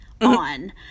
on